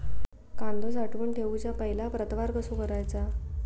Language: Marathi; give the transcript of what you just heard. कांदो साठवून ठेवुच्या पहिला प्रतवार कसो करायचा?